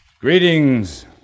Greetings